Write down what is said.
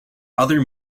other